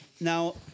now